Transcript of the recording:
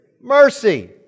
mercy